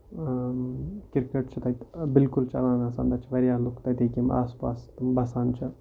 cricket چھُ تَتہِ بِالکُل چلان آسان تَتہِ چھِ واریاہ لُکھ تَتِکۍ یِم آس پاس بَسان چھِ